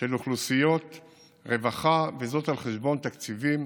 של אוכלוסיות רווחה, וזאת על חשבון תקציבים